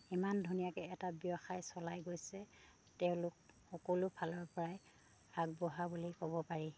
ইমান ধুনীয়াকে এটা ব্যৱসায় চলাই গৈছে তেওঁলোক সকলো ফালৰ পৰাই আগবঢ়া বুলি ক'ব পাৰি